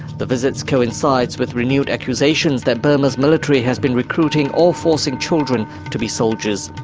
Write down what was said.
the visits coincide with renewed accusations that burma's military has been recruiting or forcing children to be soldiers.